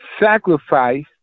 sacrifice